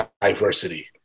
diversity